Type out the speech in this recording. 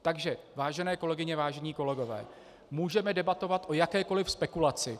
Takže vážené kolegyně, vážení kolegové, můžeme debatovat o jakékoli spekulaci.